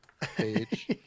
page